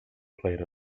played